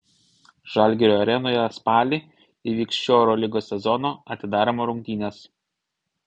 žalgirio arenoje spalį įvyks šio eurolygos sezono atidarymo rungtynės